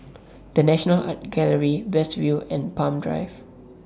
The National Art Gallery West View and Palm Drive